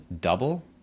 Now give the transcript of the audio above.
double